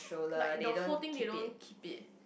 like the whole thing they don't keep it